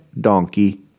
donkey